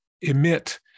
emit